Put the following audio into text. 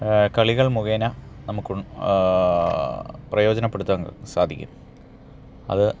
കളികൾ മുഖേന നമുക്ക് പ്രയോജനപ്പെടുത്താൻ സാധിക്കും അത്